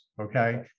okay